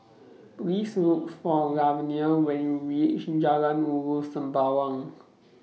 Please Look For Lavenia when YOU REACH in Jalan Ulu Sembawang